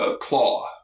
Claw